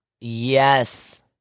Yes